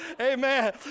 amen